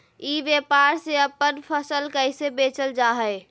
ई व्यापार से अपन फसल कैसे बेचल जा हाय?